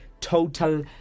total